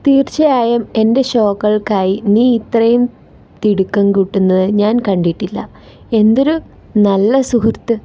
തീർച്ചയായും എന്റെ ഷോകൾക്കായി നീ ഇത്രയും തിടുക്കം കൂട്ടുന്നത് ഞാൻ കണ്ടിട്ടില്ല എന്തൊരു നല്ല സുഹൃത്ത്